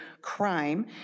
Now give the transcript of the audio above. crime